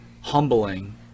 humbling